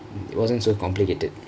it wasn't so complicated